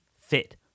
fit